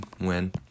win